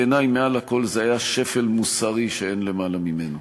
בעיני זה היה שפל מוסרי שאין גדול ממנו.